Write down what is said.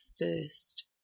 first